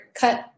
cut